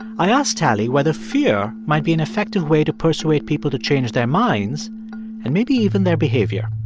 i ask tali whether fear might be an effective way to persuade people to change their minds and maybe even their behavior